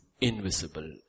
invisible